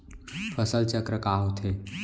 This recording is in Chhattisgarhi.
फसल चक्र का होथे?